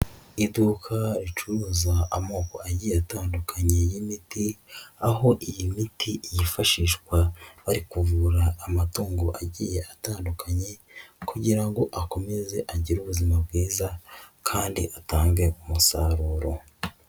Iduka ricuruza amoko agiye atandukanye y'imiti aho iyi miti yifashishwa bari kuvura amatungo agiye atandukanye kugira ngo akomeze agire ubuzima bwiza kandi atange umusaruro.